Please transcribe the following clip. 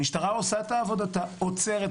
המשטרה עושה את עבודתה עוצרת.